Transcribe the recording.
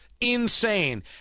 insane